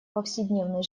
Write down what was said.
повседневной